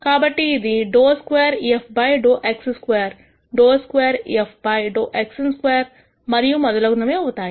కాబట్టి ఇవి ∂2 f ∂x22 ∂2f ∂xn2 మరియు మొదలగునవి అవుతాయి